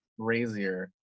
crazier